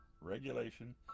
regulation